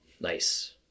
Nice